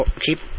keep